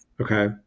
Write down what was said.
Okay